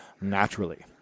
naturally